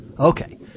Okay